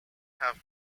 have